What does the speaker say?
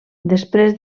després